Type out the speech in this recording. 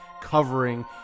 covering